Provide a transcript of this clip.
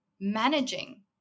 managing